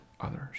others